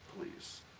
please